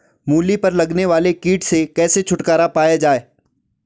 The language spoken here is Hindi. मूली पर लगने वाले कीट से कैसे छुटकारा पाया जाये?